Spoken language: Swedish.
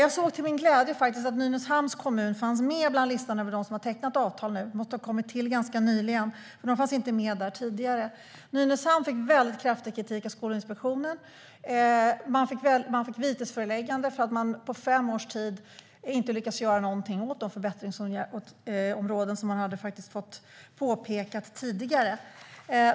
Jag såg till min glädje att Nynäshamns kommun fanns med på listan över dem som har tecknat avtal. Kommunen måste ha lagts till nyligen eftersom den inte fanns med tidigare. Nynäshamn fick kraftig kritik av Skolinspektionen och ett vitesföreläggande för att man under fem års tid inte lyckats göra något åt de förbättringsområden som hade påpekats tidigare.